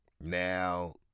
Now